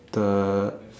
the